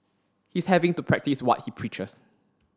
he's having to practice what he preaches